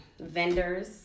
vendors